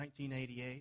1988